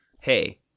Hey